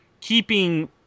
keeping